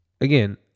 again